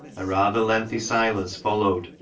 a rather lengthy silence followed,